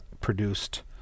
produced